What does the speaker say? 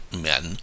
men